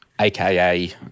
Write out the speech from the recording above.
AKA